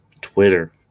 Twitter